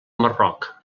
marroc